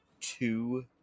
two